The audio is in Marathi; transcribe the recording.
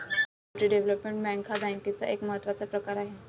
कम्युनिटी डेव्हलपमेंट बँक हा बँकेचा एक महत्त्वाचा प्रकार आहे